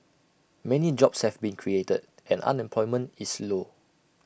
many jobs have been created and unemployment is low